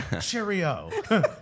Cheerio